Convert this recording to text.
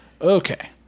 Okay